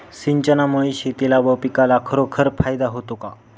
सिंचनामुळे शेतीला व पिकाला खरोखर फायदा होतो का?